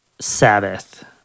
sabbath